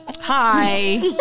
hi